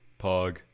Pog